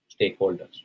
stakeholders